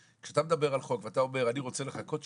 אבל כשאתה מדבר על חוק ואתה אומר שאתה רוצה לחכות שיודיעו,